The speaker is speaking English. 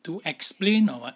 to explain or what